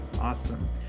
awesome